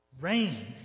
Rain